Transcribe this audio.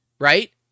right